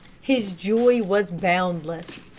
his joy was boundless.